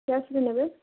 କ୍ୟାସ୍ରେ ନେବେ